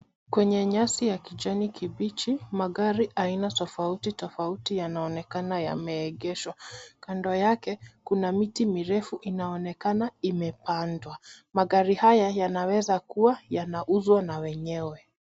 Kwenye nyasi ya kijani kibichi, magari aina tofauti tofauti yanaonekana yameegeshwa. Kando yake kuna miti mirefu inaonekana imepandwa. Magari haya yanaweza kuwa yanauzwa na wenyewe.